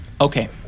Okay